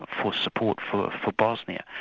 for support for for bosnia.